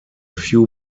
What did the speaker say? few